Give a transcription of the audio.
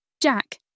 Jack